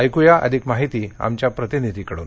ऐक्या अधिक माहिती आमच्या प्रतिनिधीकडून